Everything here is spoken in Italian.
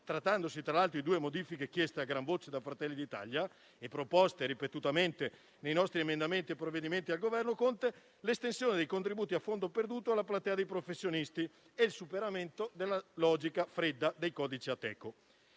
trattandosi peraltro di due modifiche chieste a gran voce da Fratelli d'Italia, proposte ripetutamente nei nostri emendamenti ai provvedimenti del Governo Conte - l'estensione dei contributi a fondo perduto alla platea dei professionisti e il superamento della logica fredda dei codici Ateco.